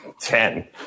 Ten